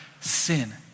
sin